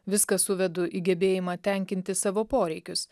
viską suvedu į gebėjimą tenkinti savo poreikius